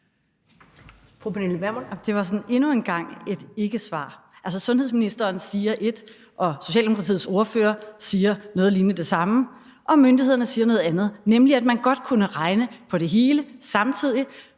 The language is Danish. Det var endnu en gang et ikkesvar. Altså, sundhedsministeren siger et, og Socialdemokratiets ordfører siger noget lignende, og myndighederne siger noget andet, nemlig at man godt kunne regne på det hele samtidig,